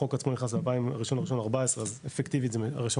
החוק עצמו נכנס ל-1.1.14 אז זה אפקטיבית 1.1.14,